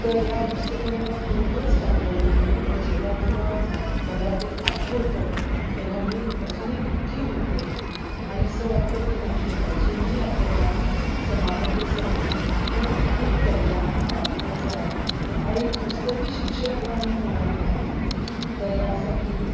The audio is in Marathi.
तर या पुस्तकाने मला खरोखरच हादरवून टाकलं जेव्हा केव्हा मला ते आठवतं तेव्हा मी अजूनही दुःखी होते आणि असं वाटतं की नाही अजूनही आपल्याला समानतेसाठी खूप खूप पल्ला गाठायचा आहे आणि पुस्तकी शिक्षणानी होणार नाही तर यासाठी